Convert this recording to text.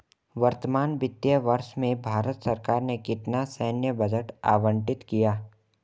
वर्तमान वित्तीय वर्ष में भारत सरकार ने कितना सैन्य बजट आवंटित किया?